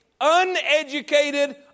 uneducated